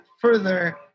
further